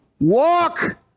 Walk